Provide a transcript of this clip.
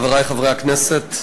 חברי חברי הכנסת,